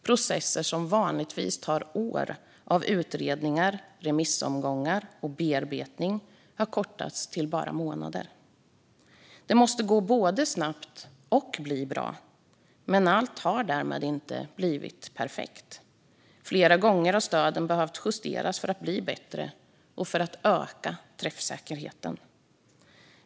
Processer som vanligtvis tar år av utredningar, remissomgångar och bearbetning har kortats till bara månader. Det måste gå både snabbt och bli bra, men allt har därmed inte blivit perfekt. Flera gånger har stöden behövt justeras för att bli bättre och för att öka träffsäkerheten.